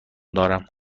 دارم